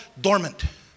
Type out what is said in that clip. dormant